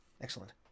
excellent